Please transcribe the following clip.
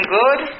good